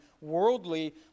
worldly